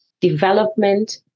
development